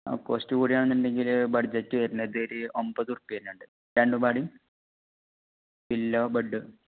ആ കോസ്റ്റ് കൂടുകയാണെന്നുണ്ടെങ്കിൽ ബഡ്ജറ്റ് വരുന്നത് ഇതൊരു ഒമ്പത് ഉർപ്പ്യ വരുന്നുണ്ട് രണ്ടുംപാടിയും പില്ലോ ബെഡ്